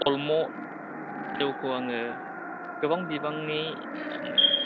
अल्द मंक जौखौ आङो गोबां बिबाननि आङो